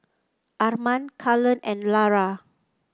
Arman Cullen and Lara